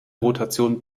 rotation